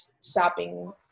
stopping